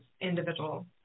individual